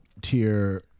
tier